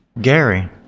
Gary